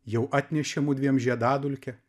jau atnešė mudviem žiedadulkę